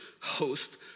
host